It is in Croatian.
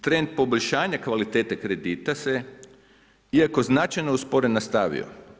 Trend poboljšanja kvalitete kredite se, iako značajno usporen, nastavio.